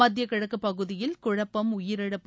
மத்திய கிழக்கு பகுதியில் குழப்பம் உயிரிழப்பு